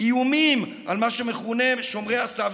איומים על מה שמכונה שומרי הסף,